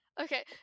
Okay